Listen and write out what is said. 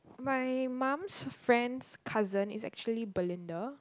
my mum's friend's cousin is actually Belinda